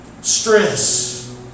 stress